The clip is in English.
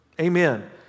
Amen